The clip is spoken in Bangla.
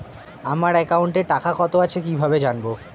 আমার একাউন্টে টাকা কত আছে কি ভাবে জানবো?